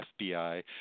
FBI